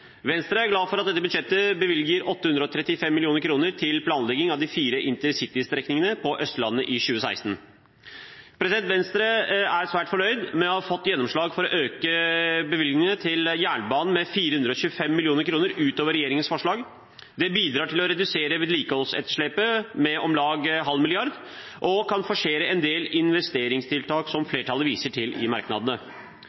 Venstre er glad for at dette budsjettet bevilger 835 mill. kr til planlegging av de fire intercitystrekningene på Østlandet i 2016. Venstre er svært fornøyd med å ha fått gjennomslag for å øke bevilgningene til jernbanen med 425 mill. kr utover regjeringens forslag. Det bidrar til å redusere vedlikeholdsetterslepet med om lag 0,5 mrd. kr og kan forsere en del investeringstiltak, som flertallet viser til i merknadene.